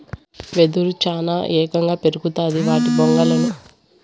వెదురు చానా ఏగంగా పెరుగుతాది వాటి బొంగులను ఇల్లు మరియు వంతెనలను కట్టేకి వాడతారు